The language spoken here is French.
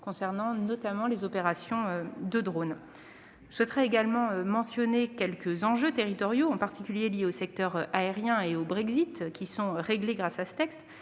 concernant notamment les opérations de drones. Je mentionne également quelques enjeux territoriaux, en particulier liés au secteur aérien et au Brexit, qui seront réglés grâce à ce texte.